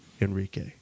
Enrique